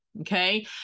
Okay